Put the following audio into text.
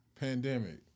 Pandemic